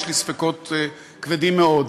יש לי ספקות כבדים מאוד.